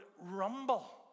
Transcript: rumble